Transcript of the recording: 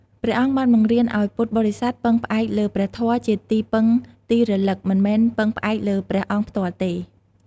ព្រះអង្គបានបង្រៀនឱ្យពុទ្ធបរិស័ទពឹងផ្អែកលើព្រះធម៌ជាទីពឹងទីរលឹក មិនមែនពឹងផ្អែកលើព្រះអង្គផ្ទាល់ទេ។